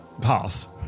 Pass